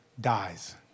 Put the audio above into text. dies